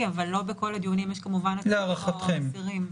אבל לא בכל הדיונים יש כמובן עצורים או אסירים.